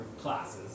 classes